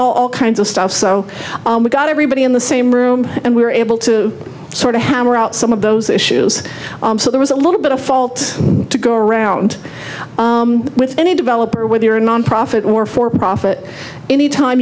all kinds of stuff so we got everybody in the same room and we were able to sort of hammer out some of those issues so there was a little bit of fault to go around with any developer whether you're a nonprofit or for profit any time